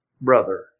brother